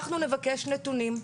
אנחנו נבקש נתונים,